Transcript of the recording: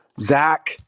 Zach